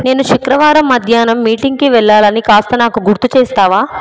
నేను శుక్రవారం మధ్యాహ్నం మీటింగ్కి కాస్త వెళ్ళాలని నాకు గుర్తు చేస్తావా